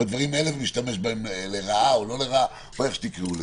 בדברים האלה ומשתמש בהם לרעה או לא לרעה או איך שתקראו לזה.